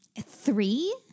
Three